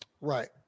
Right